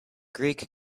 greek